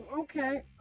Okay